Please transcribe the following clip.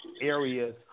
areas